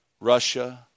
Russia